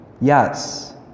Yes